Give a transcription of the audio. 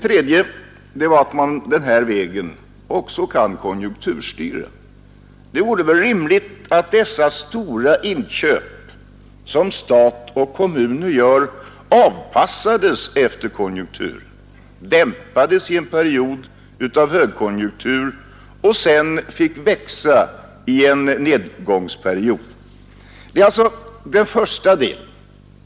Vidare kan man den här vägen också styra konjunkturen. Det vore väl rimligt att de stora inköp som stat och kommuner gör avpassades efter konjunkturen — att de dämpades i en period av högkonjunktur och fick växa i en nedgångsperiod. Det är alltså den första delen av motionen.